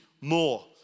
more